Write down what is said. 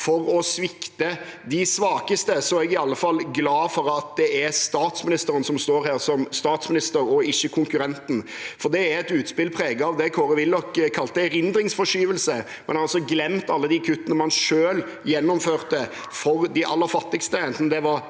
for å svikte de svakeste, er jeg i alle fall glad for at det er statsministeren som står her som statsminister, og ikke konkurrenten. Det var et utspill preget av det Kåre Willoch kalte «erindringsforskyvelse». Man har altså glemt alle de kuttene man selv gjennomførte overfor de aller fattigste, enten det